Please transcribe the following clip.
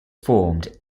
formed